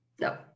No